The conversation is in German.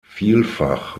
vielfach